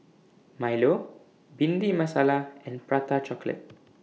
Milo Bhindi Masala and Prata Chocolate